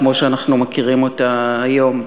כמו שאנחנו מכירים אותה היום,